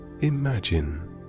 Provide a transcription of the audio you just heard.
imagine